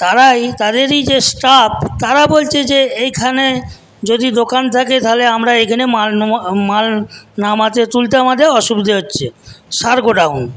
তারাই তাদেরই যে স্টাফ তারা বলছে যে এখানে যদি দোকান থাকে তাহলে আমরা এখানে মাল নেওয়া মাল নামাতে তুলতে আমাদের অসুবিধা হচ্ছে সার গোডাউন